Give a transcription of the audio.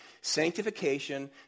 Sanctification